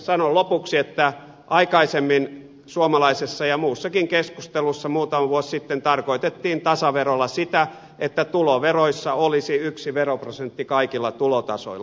sanon lopuksi että aikaisemmin suomalaisessa ja muussakin keskustelussa muutama vuosi sitten tarkoitettiin tasaverolla sitä että tuloveroissa olisi yksi veroprosentti kaikilla tulotasoilla